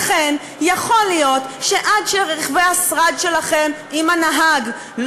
לכן יכול להיות שעד שרכבי השרד שלכם עם הנהג,